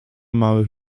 małych